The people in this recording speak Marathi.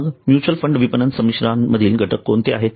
मग म्युच्युअल फंड विपणन संमिश्र मधील घटक कोणते आहेत